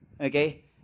okay